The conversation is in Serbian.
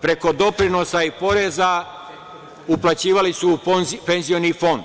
preko doprinosa i poreza uplaćivali su u penzioni fond.